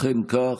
אכן כך.